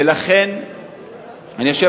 ולכן אני חושב,